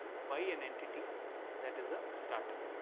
by an entity that is a start-up